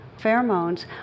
pheromones